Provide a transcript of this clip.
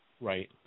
Right